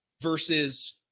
versus